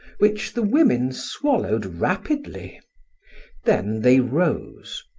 which the women swallowed rapidly then they rose,